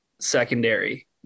secondary